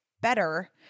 better